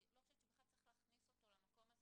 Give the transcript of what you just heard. אני לא חושבת שבכלל צריך להכניס אותו למקום הזה